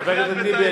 חבר הכנסת טיבי,